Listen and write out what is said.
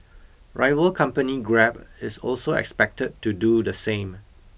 rival company Grab is also expected to do the same